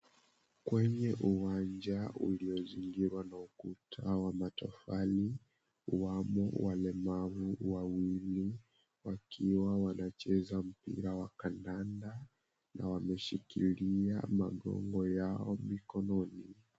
Kwenye uwanja uliozingirwa na ukuta wa matofali wamo walemavu wawili wakiwa wanacheza mpira wa kandanda na wameshikilia magongo yao mikononi.